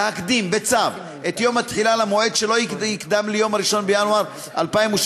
להקדים בצו את יום התחילה למועד שלא יקדם ליום 1 בינואר 2017,